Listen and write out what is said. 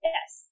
Yes